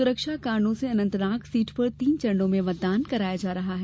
सुरक्षा कारणों से अनंतनाग सीट पर तीन चरणों में मतदान कराया जा रहा है